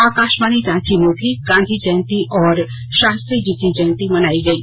आकाशवाणी रांची में भी गांधी जयंती और शास्त्री जी की जयंती मनायी गयी